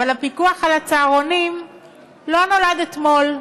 אבל הפיקוח על הצהרונים לא נולד אתמול,